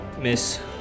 Miss